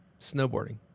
Snowboarding